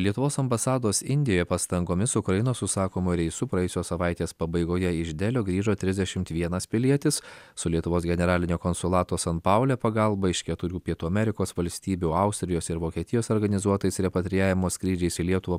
lietuvos ambasados indijoje pastangomis ukrainos užsakomuoju reisu praėjusios savaitės pabaigoje iš delio grįžo trisdešimt vienas pilietis su lietuvos generalinio konsulato san paule pagalba iš keturių pietų amerikos valstybių austrijos ir vokietijos organizuotais repatrijavimo skrydžiais į lietuvą